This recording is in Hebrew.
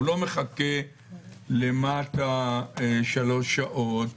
הוא לא מחכה למטה שלוש שעות,